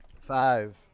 Five